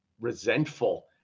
resentful